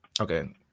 okay